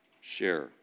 share